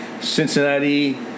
Cincinnati